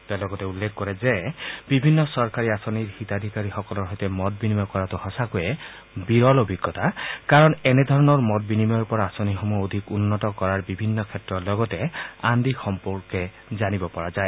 তেওঁ লগতে উল্লেখ কৰে যে বিভিন্ন চৰকাৰী আঁচনিৰ হিতাধিকাৰীসকলৰ সৈতে মত বিনিময় কৰাটো সঁচাকৈ বিৰল অভিজ্ঞতা কাৰণ এনে ধৰণৰ মত বিনময়ৰ পৰা আঁচনিসমূহ অধিক উন্নত কৰাৰ বিভিন্ন ক্ষেত্ৰৰ লগতে আন দিশ সম্পৰ্কে জানিব পৰা যায়